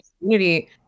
community